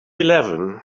eleven